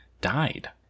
died